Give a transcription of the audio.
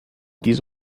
this